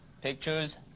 pictures